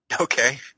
Okay